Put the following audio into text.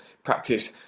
Practice